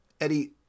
Eddie